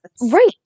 Right